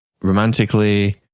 romantically